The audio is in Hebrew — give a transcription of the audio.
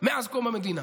מאז קום המדינה,